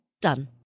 done